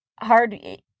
hard